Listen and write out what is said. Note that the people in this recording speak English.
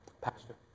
Pastor